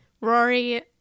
Rory